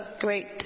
great